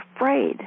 afraid